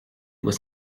doit